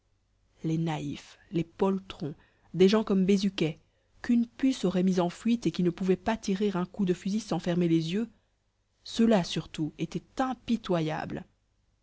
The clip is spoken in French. les naïfs les poltrons des gens comme bézuquet qu'une puce aurait mis en fuite et qui ne pouvaient pas tirer un coup de fusil sans fermer les yeux ceux-là surtout étaient impitoyables